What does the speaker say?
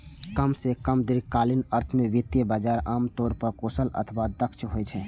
कम सं कम दीर्घकालीन अर्थ मे वित्तीय बाजार आम तौर पर कुशल अथवा दक्ष होइ छै